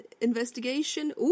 investigation